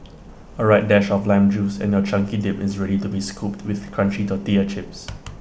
A right dash of lime juice and your chunky dip is ready to be scooped with crunchy tortilla chips